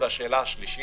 והשאלה השלישית,